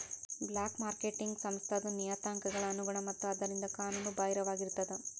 black marketing ಸಂಸ್ಥಾದ್ ನಿಯತಾಂಕಗಳ ಅನುಗುಣ ಮತ್ತ ಆದ್ದರಿಂದ ಕಾನೂನು ಬಾಹಿರವಾಗಿರ್ತದ